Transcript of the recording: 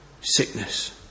sickness